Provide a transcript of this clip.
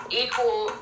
equal